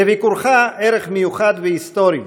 לביקורך ערך מיוחד והיסטורי,